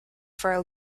for